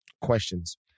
questions